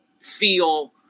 feel